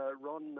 Ron